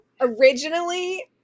originally